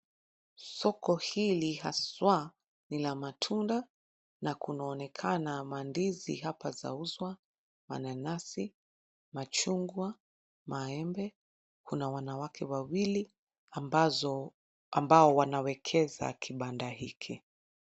Soko hili haswa ni la matunda na kunaonekana mandizi hapa zauzwa, mananasi, machungwa, maembe. Kuna wanawake wawili ambao wanawekeza kibanda hiki.